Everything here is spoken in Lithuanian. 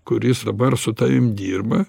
kuris dabar su tavim dirba